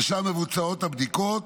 ושם מבוצעות הבדיקות